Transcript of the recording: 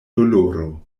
doloro